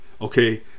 okay